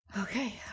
Okay